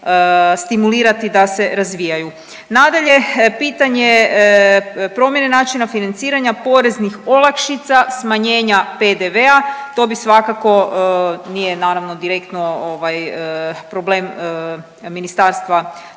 stimulirati da se razvijaju. Nadalje, pitanje promjene načina financiranja poreznih olakšica, smanjenja PDV-a to bi svakako, nije naravno direktno ovaj problem Ministarstva